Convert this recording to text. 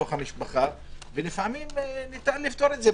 כי ברגע שאנשים בתוך משפחה יכולים להגיש תביעה זה נגד זה,